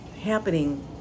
happening